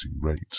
rate